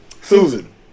Susan